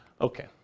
Okay